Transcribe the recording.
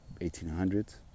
1800s